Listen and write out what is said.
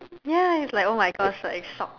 ya it's like !oh-my-gosh! like shocked